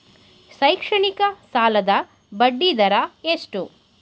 ಶೈಕ್ಷಣಿಕ ಸಾಲದ ಬಡ್ಡಿ ದರ ಎಷ್ಟು?